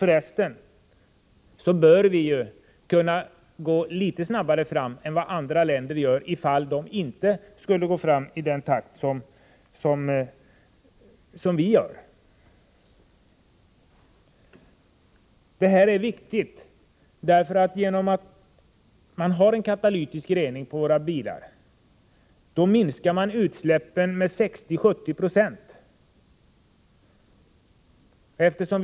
För resten bör vi ju kunna gå litet snabbare fram än andra länder, ifall dessa inte skulle gå fram i den takt som vi önskar göra. Det här är viktigt. Genom en katalytisk rening i bilarna minskar man utsläppen med 60-70 96.